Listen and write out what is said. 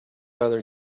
other